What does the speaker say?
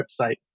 website